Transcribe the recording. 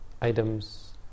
items